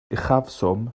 uchafswm